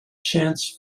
chance